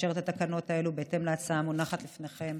לאשר את התקנות האלה בהתאם להצעה המונחת לפניכם.